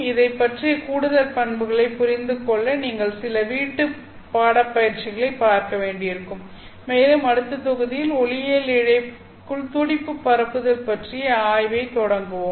அதைப் பற்றிய கூடுதல் பண்புகளைப் புரிந்துகொள்ள நீங்கள் சில வீட்டுப் பாட பயிற்சிகளை பார்க்க வேண்டியிருக்கும் மேலும் அடுத்த தொகுதியில் ஒளியியல் இழைக்குள் துடிப்பு பரப்புதல் பற்றிய ஆய்வைத் தொடங்குவோம்